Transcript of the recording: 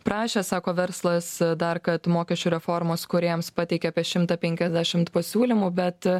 prašė sako verslas dar kad mokesčių reformos kūrėjams pateikė apie šimtą penkiasdešimt pasiūlymų bet